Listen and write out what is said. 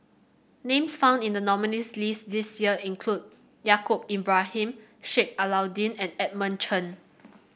names found in the nominees' list this year include Yaacob Ibrahim Sheik Alau'ddin and Edmund Chen